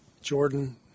Jordan